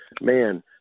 man